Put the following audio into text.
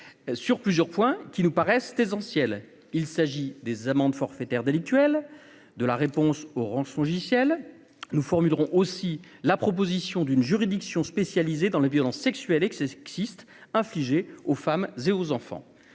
sur plusieurs points qui nous paraissent essentiels : il s'agit des amendes forfaitaires délictuelles de la réponse au rançongiciel, nous formulerons aussi la proposition d'une juridiction spécialisée dans les violences sexuelles et que c'est sexiste infligés aux femmes et aux enfants,